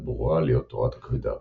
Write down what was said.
ברורה להיות תורת הכבידה הקוונטית.